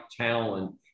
talent